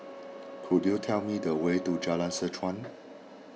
could you tell me the way to Jalan Seh Chuan